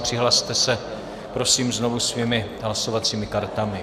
Přihlaste se prosím znovu svými hlasovacími kartami.